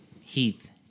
Heath